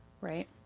Right